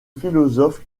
philosophe